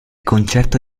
concerto